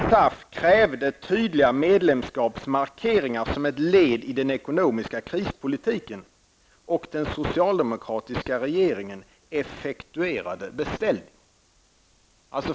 SAF: krävde tydliga medlemskapsmarkeringar som ett led i den ekonomiska krispolitiken, och den socialdemokratiska regeringen effektuerade beställningen.